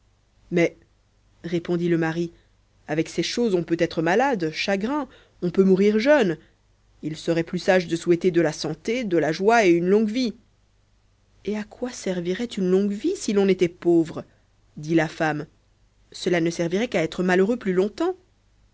mais répondit le mari avec ces choses on peut être malade chagrin on peut mourir jeune il serait plus sage de souhaiter de la santé de la joie et une longue vie et à quoi servirait une longue vie si l'on était pauvre dit la femme cela ne servirait qu'à être malheureux plus longtemps